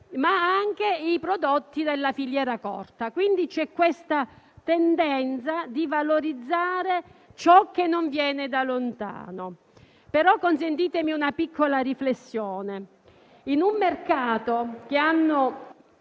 ma anche i prodotti della filiera corta. Quindi c'è la tendenza a valorizzare ciò che non viene da lontano. Consentitemi però una piccola riflessione: in un mercato che ha